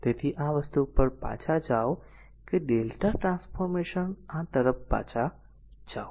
તેથી આ વસ્તુ પર પાછા જાઓ કે Δ ટ્રાન્સફોર્મેશન આ તરફ પાછા જાઓ